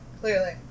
Clearly